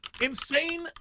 insane